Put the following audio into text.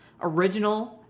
original